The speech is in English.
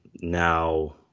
Now